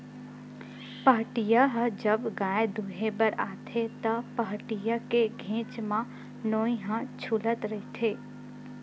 पहाटिया ह जब गाय दुहें बर आथे त, पहाटिया के घेंच म नोई ह छूलत रहिथे